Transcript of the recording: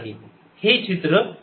हे चित्र पुन्हा बनवूया